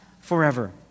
forever